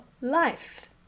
life